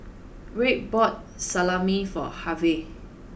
wade bought Salami for Harve